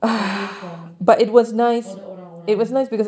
away from all the orang-orang